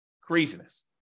Craziness